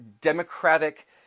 democratic